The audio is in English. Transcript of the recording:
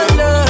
love